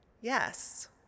Yes